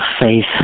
faith